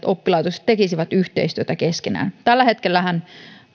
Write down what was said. oppilaitokset aidosti tekisivät yhteistyötä keskenään tällä hetkellähän